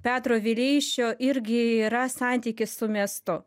petro vileišio irgi yra santykis su miestu